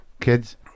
Kids